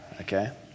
Okay